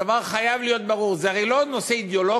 הדבר חייב להיות ברור, הרי זה לא נושא אידיאולוגי,